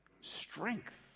strength